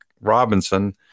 Robinson